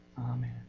Amen